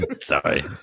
Sorry